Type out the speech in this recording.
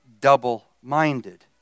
double-minded